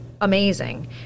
amazing